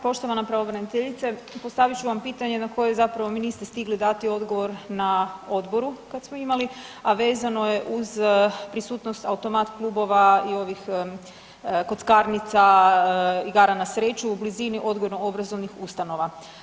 Poštovana pravobraniteljice, postavit ću vam pitanje na koje zapravo mi niste stigli dati odgovor na odboru, kad smo imali, a vezano je uz prisutnost automat klubova i ovih kockarnica i igara na sreću u blizini odgojno-obrazovnih ustanova.